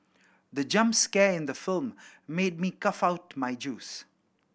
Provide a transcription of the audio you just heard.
the jump scare in the film made me cough out my juice